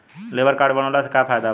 Labour card बनवाला से का फायदा बा?